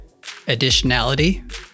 Additionality